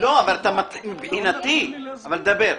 דבר.